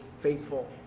faithful